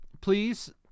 please